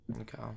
Okay